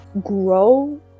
grow